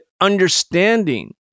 understanding